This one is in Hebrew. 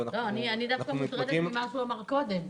--- אני מוטרדת ממה שהוא אמר קודם.